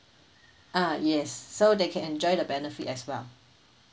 ah yes so they can enjoy the benefit as well